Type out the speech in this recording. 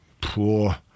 Poor